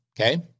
Okay